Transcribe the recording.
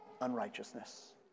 unrighteousness